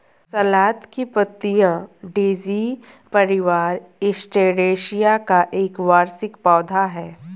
सलाद की पत्तियाँ डेज़ी परिवार, एस्टेरेसिया का एक वार्षिक पौधा है